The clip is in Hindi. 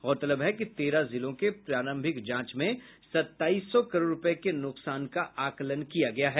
गौरतलब है कि तेरह जिलों के प्रारंभिक जांच में सत्ताईस सौ करोड़ रूपये के नुकसान का आकलन किया गया है